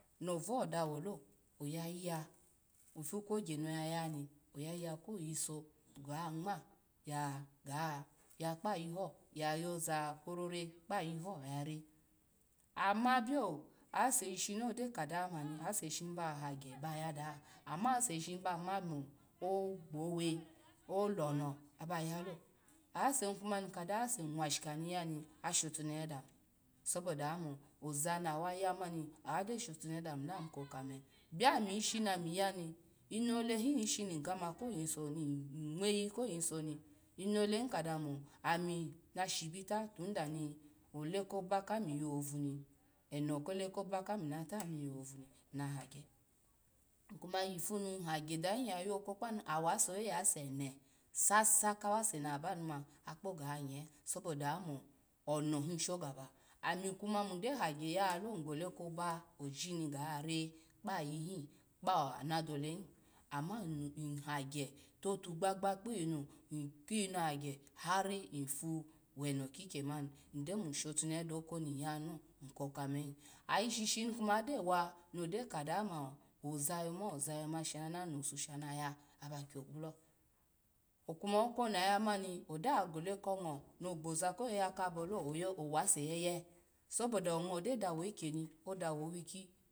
No vaho dawulo oyaya ifu kogya noya noni oyahiya koga nwg yaga ya kpatiho ga yoza korora kpa yiho ga ra ama bio aseshini agyokadawa mani ese shishini ba ha gya ba ya daha ama ase shishini ama mu owuwe olo no a bayolo, esi kjada se kadawani nwashi kaya ni yani a shotunehe dami so da amu oza nawaya mani owa gyo shotunehe dami lo awa shokame biomi ishi nami yani inolehi ishini ngyiko yiso ni enoleni kadanni ami na shibita ikweyi koni de koba kami vovuni eno koze koba kami tayayo yohavuni nasubita nahagya my kuma iyifunu hagya aha waso oyoyo har ase ene sasa kawa seni akpa gaha nye saboda amu ono leshu shogaba ami mu gyo hagya ya lalo, nny gole koba oji ni gara kpayihi kpano dole ama ny hagya totu gbagba kpiyinu akwinu hagya har ifu kweno ki keni nya gyo mu shotunehelo ny koma. e ayi shishini agyo wa ogyo kadawa mo ozuto ma, ozayo ma shana nosu shana ya oba kyogulo, kuma oko ni oyaya mani ogyo ya gole ko g ngo ogboza ko yoya ka bolo owa seyeye so bo da ongo dawo ikeni, odawo owiki.